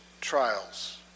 trials